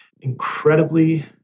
incredibly